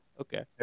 okay